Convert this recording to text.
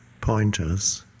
pointers